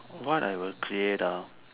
what I will create ah